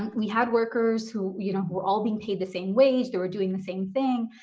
we had workers who you know were all being paid the same wage. they were doing the same thing.